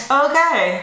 okay